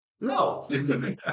No